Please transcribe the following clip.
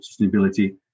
sustainability